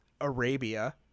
Arabia